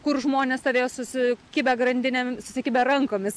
kur žmonės stovėjo susikibę grandinėm susikibę rankomis